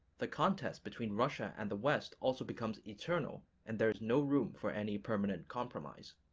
the contest between russia and the west also becomes eternal and there is no room for any permanent compromise.